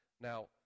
Now